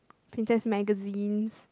it just magazines